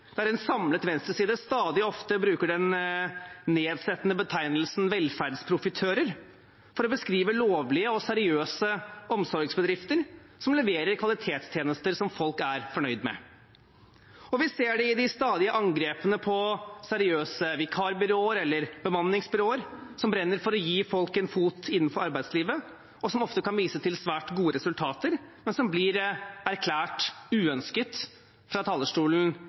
der en samlet venstreside stadig oftere bruker den nedsettende betegnelsen «velferdsprofitører» for å beskrive lovlige og seriøse omsorgsbedrifter som leverer kvalitetstjenester som folk er fornøyd med. Og vi ser det i de stadige angrepene på seriøse vikarbyråer, eller bemanningsbyråer, som brenner for å gi folk en fot innenfor arbeidslivet, og som ofte kan vise til svært gode resultater, men som blir erklært uønsket fra talerstolen